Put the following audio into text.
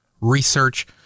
research